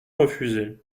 refuser